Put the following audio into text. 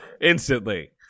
instantly